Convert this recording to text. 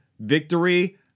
victory